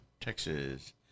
Texas